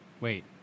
wait